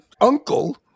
uncle